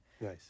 nice